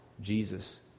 Jesus